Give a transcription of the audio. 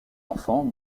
enfants